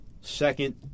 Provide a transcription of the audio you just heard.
second